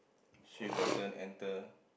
shift button enter